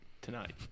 Tonight